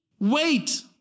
wait